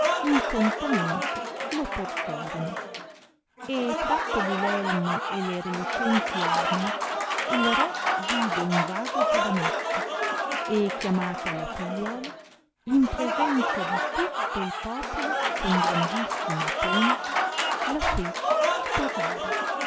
incontanente lo portorono e trattogli elmo e le relucenti arme il re vide un vago giovanetto e chiamata la figliuola in presenza di tutto il popolo con grandissima pompa la fece sposare